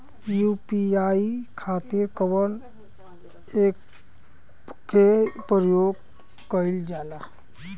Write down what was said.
UPI खातीर कवन ऐपके प्रयोग कइलजाला?